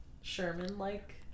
Sherman-like